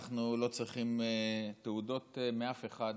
אנחנו לא צריכים תעודות מאף אחד